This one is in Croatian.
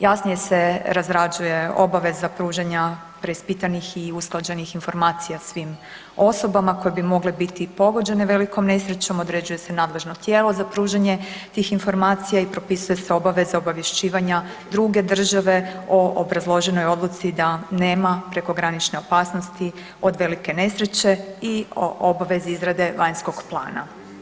Jasnije se razrađuje obaveza pružanja preispitanih i usklađenih informacija svim osobama koje bi mogle biti pogođene velikom nesrećom, određuje se nadležno tijelo za pružanje tih informacija i propisuje se obaveza obavješćivanja druge države o obrazloženoj odluci da nema prekogranične opasnosti od velike nesreće i o obvezi izrade vanjskog plana.